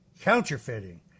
counterfeiting